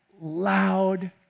loud